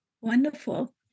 wonderful